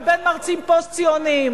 ובין מרצים פוסט-ציונים.